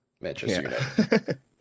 Manchester